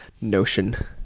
notion